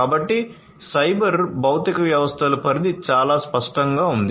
కానీ సైబర్ భౌతిక వ్యవస్థలు పరిధి చాలా స్పష్టంగా ఉంది